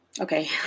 Okay